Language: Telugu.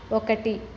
ఒకటి